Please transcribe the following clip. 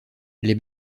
les